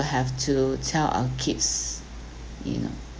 have to tell our kids you know